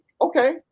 Okay